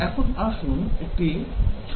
এখন আসুন একটি ছোট কুইজ করা যাক